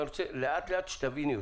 אני רוצה לאט-לאט שתביני אותי.